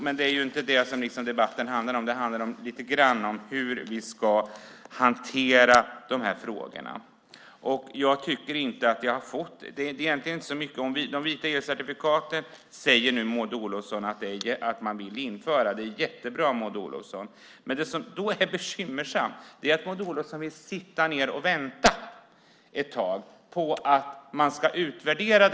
Men det är inte det som debatten handlar om utan om hur vi ska hantera dessa frågor. Jag tycker inte att jag fått något svar. Nu säger Maud Olofsson att man vill införa de vita elcertifikaten. Det är jättebra, Maud Olofsson! Det bekymmersamma är dock att Maud Olofsson vill vänta ett tag för att de ska utvärderas.